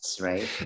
Right